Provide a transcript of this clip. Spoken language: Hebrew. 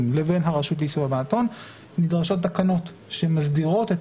לבין הרשות לאיסור הלבנת הון נדרשות תקנות שמסדירות את